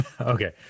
Okay